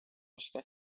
osta